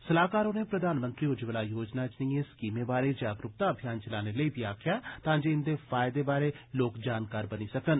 सलाहकार होरें प्रधानमंत्री उज्जवला योजना जनेई स्कीमें बारै जागरूकता अभियान चलाने लेई आखेआ तांजे इंदे फायदें बारै लोक जानकार बनी सकन